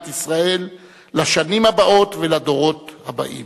ישראל לשנים הבאות ולדורות הבאים.